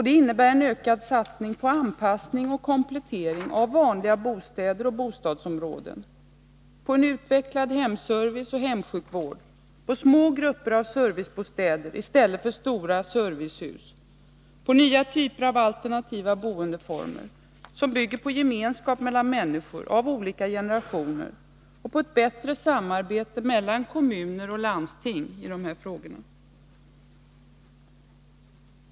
Det innebär en ökad satsning på anpassning och komplettering av vanliga bostäder och bostadsområden, på en utvecklad hemservice och hemsjukvård, på små grupper av servicebostäder i stället för stora servicehus, på nya typer av alternativa boendeformer, som bygger på gemenskap mellan människor av olika generationer och på ett bättre samarbete mellan kommuner och landsting i dessa frågor.